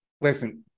Listen